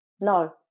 No